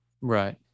Right